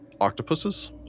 Octopuses